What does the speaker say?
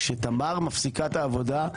כשתמר מפסיקה את העבודה,